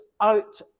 out